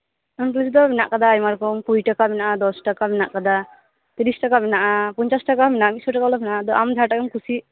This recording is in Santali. ᱱᱚᱶᱟ ᱠᱚ ᱡᱷᱚᱛᱚ ᱢᱮᱱᱟᱜ ᱟᱠᱟᱫᱟ ᱟᱭᱢᱟ ᱨᱚᱠᱚᱢ ᱠᱩᱲᱤᱴᱟᱠᱟ ᱢᱮᱱᱟᱜ ᱟᱠᱟᱫᱟ ᱫᱚᱥᱴᱟᱠᱟ ᱢᱮᱱᱟᱜ ᱟᱠᱟᱫᱟ ᱛᱨᱤᱥ ᱴᱟᱠᱟ ᱢᱮᱱᱟᱜᱼᱟ ᱯᱚᱧᱪᱟᱥ ᱴᱟᱠᱟᱦᱚᱸ ᱢᱮᱱᱟᱜᱼᱟ ᱢᱤᱫᱥᱚ ᱴᱟᱠᱟᱣᱟᱞᱟ ᱦᱚᱸ ᱢᱮᱱᱟᱜᱼᱟ ᱟᱫᱚ ᱟᱢ ᱡᱟᱦᱟᱸᱴᱟᱜ ᱮᱢ ᱠᱩᱥᱤᱭᱟᱜ